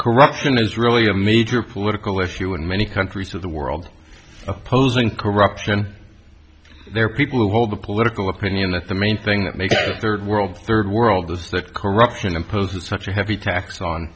corruption is really a major political issue in many countries of the world opposing corruption there are people who hold the political opinion that the main thing that makes this third world third world is that corruption imposes such a heavy tax on